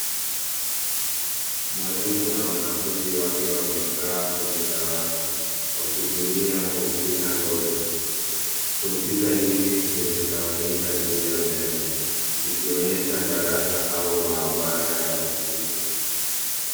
Mwalimu na wanafunzi wake wamekaa kwenye dawati wakitumia kompyuta ndogo. Kompyuta nyingi zimetawanyika juu ya meza, zikionyesha darasa au maabara ya kompyuta.